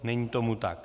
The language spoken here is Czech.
Není tomu tak.